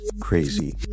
crazy